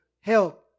help